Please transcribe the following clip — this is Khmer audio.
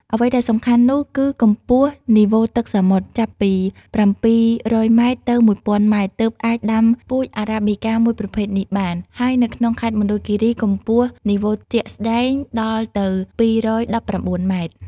អ្វីដែលសំខាន់នោះ គឺកម្ពស់នីវ៉ូទឹកសមុទ្រចាប់ពី៧០០ម៉ែត្រ ទៅ១០០០ម៉ែត្រទើបអាចដាំពូជ Arabicaមួយប្រភេទនេះបាន ហើយនៅក្នុងខេត្តមណ្ឌលគិរី កម្ពស់នីវ៉ូជាក់ស្តែងដល់ទៅ៧១៩ម៉ែត្រ។